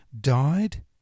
died